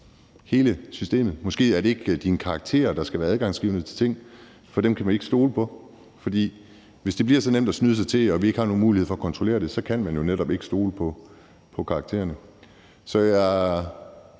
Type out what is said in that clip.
hele systemet. Måske er det ikke dine karakterer, der skal være adgangsgivende, for dem kan man ikke stole på. For hvis det bliver så nemt at snyde sig til det og vi ikke har nogen mulighed for at kontrollere det, så kan man jo netop ikke stole på karaktererne. Så jeg